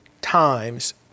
times